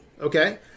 okay